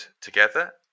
together